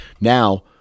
Now